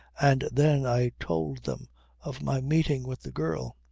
and then i told them of my meeting with the girl.